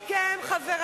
בהחלט,